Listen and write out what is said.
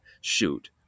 shoot